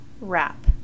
wrap